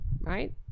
right